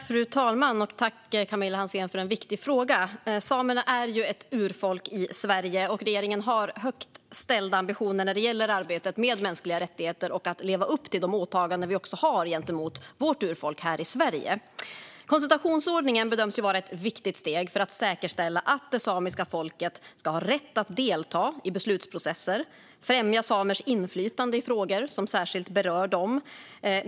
Fru talman! Tack, Camilla Hansén, för en viktig fråga! Samerna är ju ett urfolk i Sverige, och regeringen har högt ställda ambitioner när det gäller arbetet med mänskliga rättigheter och att leva upp till de åtaganden vi har gentemot vårt urfolk här i Sverige. Konsultationsordningen bedöms vara ett viktigt steg för att säkerställa det samiska folkets rätt att delta i beslutsprocesser och främja samers inflytande i frågor som särskilt berör dem.